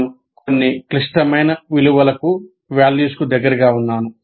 నేను కొన్ని క్లిష్టమైన విలువలకు దగ్గరగా ఉన్నాను